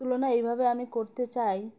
তুলনা এইভাবে আমি করতে চাই